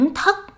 thất